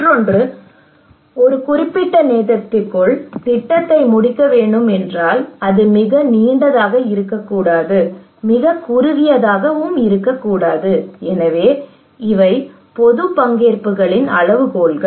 மற்றொன்று ஒரு குறிப்பிட்ட நேரத்திற்குள் திட்டத்தை முடிக்க வேண்டும் என்றால் அது மிக நீண்டதாக இருக்கக்கூடாது மிகக் குறுகியதாக இருக்கக்கூடாது எனவே இவை பொது பங்கேற்புகளின் அளவுகோல்கள்